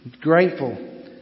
Grateful